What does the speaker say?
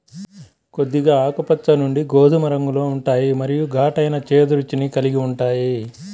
కొద్దిగా ఆకుపచ్చ నుండి గోధుమ రంగులో ఉంటాయి మరియు ఘాటైన, చేదు రుచిని కలిగి ఉంటాయి